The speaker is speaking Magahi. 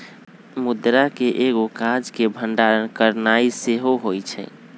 मुद्रा के एगो काज के भंडारण करनाइ सेहो होइ छइ